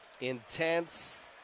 intense